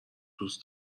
دوست